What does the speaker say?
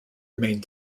remained